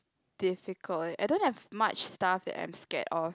difficult eh I don't have much stuff that I am scared of